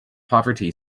poverty